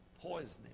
poisoning